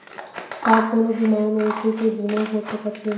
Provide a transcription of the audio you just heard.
का कोनो बीमार मनखे के बीमा हो सकत हे?